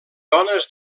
dones